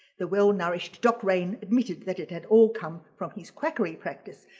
the well nourished doc raine admitted that it had all come from his quackery practice.